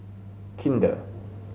kinder